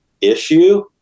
issue